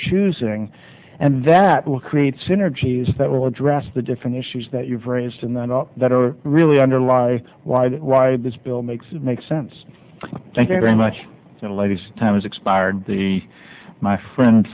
choosing and that will create synergies that will address the different issues that you've raised in that that are really underlie why why this bill makes it makes sense thank you very much ladies time's expired the my friend